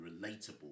relatable